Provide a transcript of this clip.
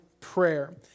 prayer